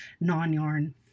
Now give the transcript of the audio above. non-yarn